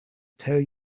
tell